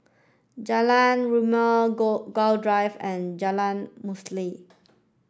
Jalan Rimau Gul Drive and Jalan Mulia